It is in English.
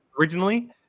originally